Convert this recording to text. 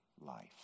life